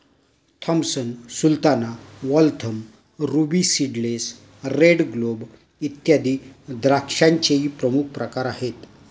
Thompson sultana, Waltham, ruby seedless, red globe, इत्यादी द्राक्षांचेही प्रमुख प्रकार आहेत